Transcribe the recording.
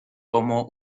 como